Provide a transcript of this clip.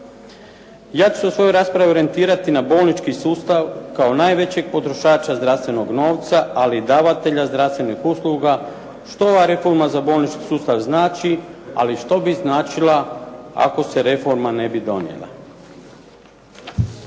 Ja ću se u svojoj raspravi orijentirati na bolnički sustav kao najvećeg potrošača zdravstvenog novca ali i davatelja zdravstvenih usluga što ova reforma za bolnički sustav znači ali što bi značila ako se reforma ne bi donijela.